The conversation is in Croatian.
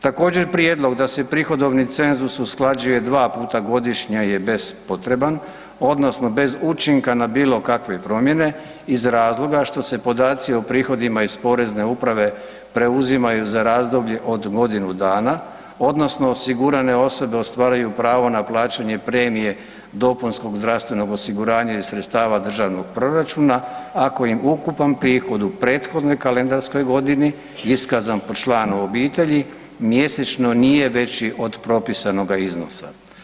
Također prijedlog da se prihodovni cenzus usklađuje dva puta godišnje je bez potreban, odnosno bez učinka na bilo kakve promjene iz razloga što se podaci o prihodima iz Porezne uprave preuzimaju za razdoblje od godinu dana, odnosno osigurane osobe ostvaruju pravo na plaćanje premije dopunskog zdravstvenog osiguranja iz sredstava Državnog proračun ako im ukupan prihod u prethodnoj kalendarskoj godini iskazan po članu obitelji, mjesečno nije veći od propisanoga iznosa.